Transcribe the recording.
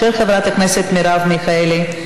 של חברת הכנסת מרב מיכאלי.